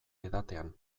edatean